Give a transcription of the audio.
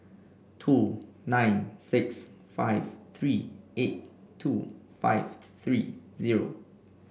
two nine six five three eight two five three zero